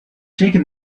shaking